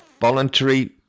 voluntary